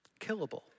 Killable